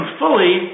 fully